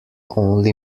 only